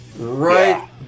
right